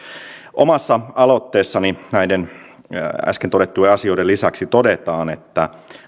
omassa aloitteessani näiden äsken todettujen asioiden lisäksi todetaan että